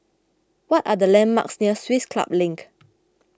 what are the landmarks near Swiss Club Link